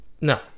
No